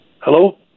hello